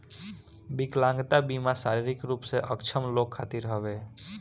विकलांगता बीमा शारीरिक रूप से अक्षम लोग खातिर हवे